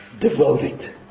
devoted